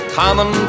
common